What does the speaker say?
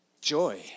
Joy